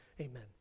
Amen